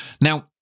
Now